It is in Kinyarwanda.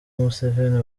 museveni